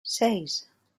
seis